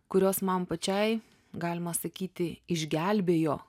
kurios man pačiai galima sakyti išgelbėjo